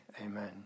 Amen